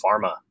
pharma